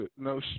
no